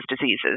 diseases